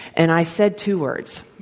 and i said two words.